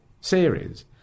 series